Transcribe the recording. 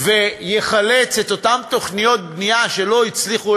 ויחלץ את אותן תוכניות בנייה שלא הצליחו